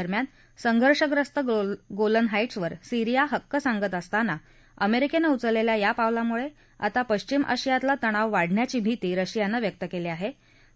दरम्यान संघर्षग्रस्त गोलन हा दिसवर सिरिया हक्क सांगत असताना अमेरिकेनं उचलेल्या या पावलामुळे आता पश्चिम आशियातला तणाव वाढण्याची भीती रशियानं व्यक्त केली आहे